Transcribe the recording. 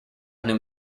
new